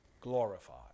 glorified